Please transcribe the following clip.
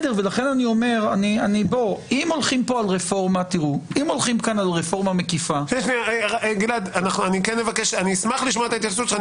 אם הולכים כאן על רפורמה מקיפה --- אני אשמח לשמוע את ההתייחסות שלך,